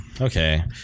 okay